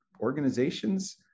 organizations